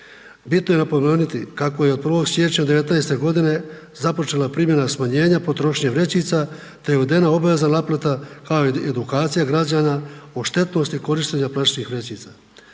Bitno je napomenuti kako je od 1. siječnja 2019. g. započela primjena smanjenja potrošnje vrećica te je od .../Govornik se ne razumije./... naplata kao i edukacija građana o štetnosti korištenja plastičnih vrećica.